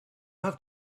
have